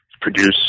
produce